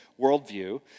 worldview